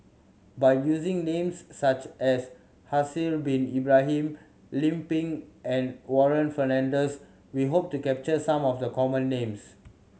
by using names such as Haslir Bin Ibrahim Lim Pin and Warren Fernandez we hope to capture some of the common names